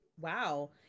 wow